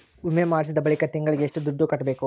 ವಿಮೆ ಮಾಡಿಸಿದ ಬಳಿಕ ತಿಂಗಳಿಗೆ ಎಷ್ಟು ದುಡ್ಡು ಕಟ್ಟಬೇಕು?